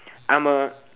I'm a